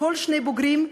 כל שני בוגרים,